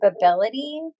capability